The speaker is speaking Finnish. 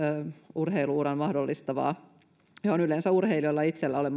urheilu uran mahdollistavaa johon yleensä urheilijoilla itsellään ei ole